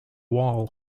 wall